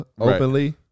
openly